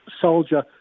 soldier